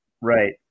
Right